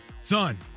Son